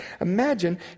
Imagine